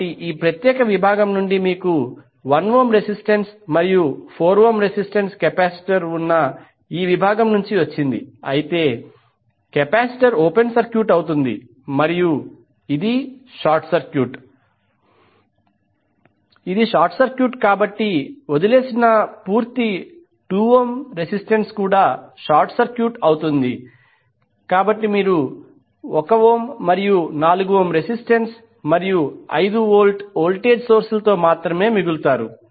కాబట్టి ఈ ప్రత్యేక విభాగం నుండి మీకు 1 ఓం నిరోధకత మరియు 4 ఓం నిరోధకత కెపాసిటర్ ఉన్న ఈ విభాగం నుంచి వచ్చింది అయితే కెపాసిటర్ ఓపెన్ సర్క్యూట్ అవుతుంది మరియు ఇది షార్ట్ సర్క్యూట్ ఇది షార్ట్ సర్క్యూట్ కాబట్టి వదిలివేసిన పూర్తి 2 ఓం నిరోధకత కూడా షార్ట్ సర్క్యూట్ అవుతుంది కాబట్టి మీరు 1 ఓం మరియు 4 ఓం రెసిస్టెన్స్ మరియు 5 వోల్ట్ వోల్టేజ్ సోర్స్లతో మాత్రమే మిగులుతారు